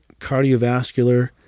cardiovascular